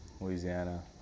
Louisiana